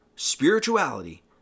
Spirituality